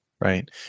Right